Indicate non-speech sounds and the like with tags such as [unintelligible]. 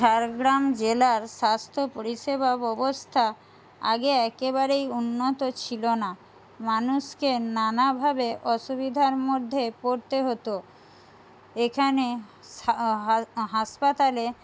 ঝাড়গ্রাম জেলার স্বাস্থ্য পরিষেবা ব্যবস্থা আগে একেবারেই উন্নত ছিলো না মানুষকে নানাভাবে অসুবিধার মধ্যে পড়তে হতো এখানে [unintelligible] হাসপাতালে